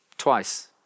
Twice